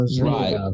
right